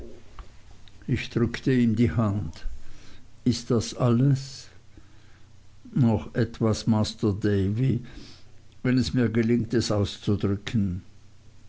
ich drückte ihm die hand ist das alles noch etwas masr davy wenn es mir gelingt es auszudrücken